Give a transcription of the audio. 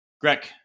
Greg